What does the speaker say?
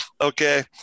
Okay